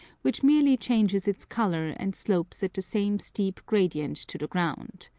which merely changes its color and slopes at the same steep gradient to the ground.